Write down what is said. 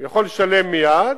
הוא יכול לשלם מייד.